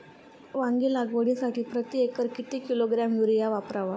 वांगी लागवडीसाठी प्रती एकर किती किलोग्रॅम युरिया वापरावा?